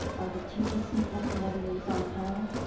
are the ttc customer liaison panel,